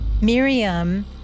Miriam